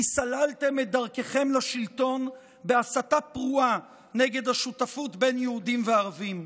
כי סללתם את דרככם לשלטון בהסתה פרועה נגד השותפות בין יהודים לערבים.